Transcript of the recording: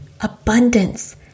abundance